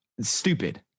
stupid